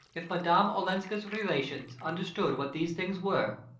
if madame olenska's relations understood what these things were,